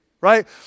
right